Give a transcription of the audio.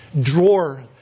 drawer